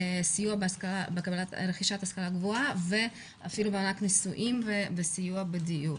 לסיוע ברכישת השכלה גבוהה ואפילו במענק נישואים וסיוע בדיור.